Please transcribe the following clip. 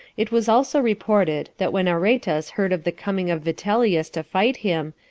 it was also reported, that when aretas heard of the coming of vitellius to fight him,